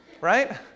Right